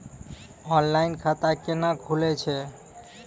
Online खाता केना खुलै छै?